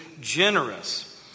generous